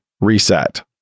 reset